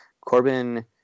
corbin